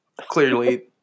clearly